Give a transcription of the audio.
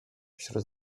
wśród